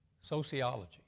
sociology